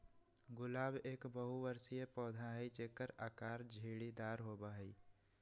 गुलाब एक बहुबर्षीय पौधा हई जेकर आकर झाड़ीदार होबा हई